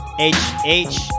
H-H